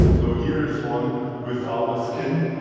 so here is one without a skin.